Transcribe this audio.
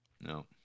No